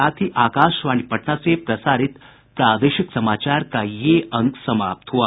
इसके साथ ही आकाशवाणी पटना से प्रसारित प्रादेशिक समाचार का ये अंक समाप्त हुआ